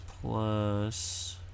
Plus